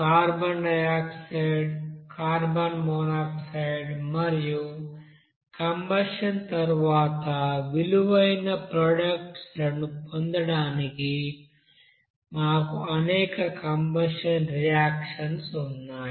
carbon dioxide carbon monoxide మరియు combustion తరువాత విలువైన ప్రొడక్ట్స్ లను పొందడానికి మాకు అనేక కంబషన్ రియాక్షన్ ఉన్నాయి